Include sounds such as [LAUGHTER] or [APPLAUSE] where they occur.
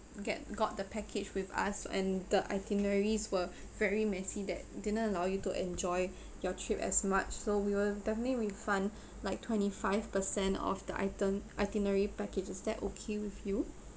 get got the package with us and the itineraries were very messy that didn't allow you to enjoy your trip as much so we will definitely refund [BREATH] like twenty five percent of the iten~ itinerary package is that okay with you